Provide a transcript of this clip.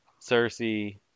cersei